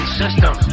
system